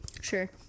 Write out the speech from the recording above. Sure